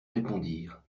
répondirent